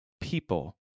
people